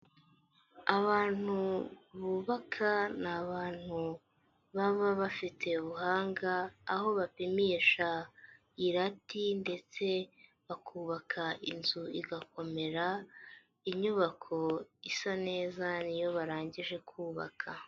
Abantu bubaka ni abantu baba bafite ubuhanga, aho bapimisha irati ndetse bakubaka inzu igakomera; inyubako isa neza ni iyo barangije kubaka.